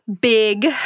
big